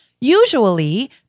Usually